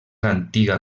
antiga